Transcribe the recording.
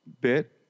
Bit